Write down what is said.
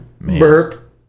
Burp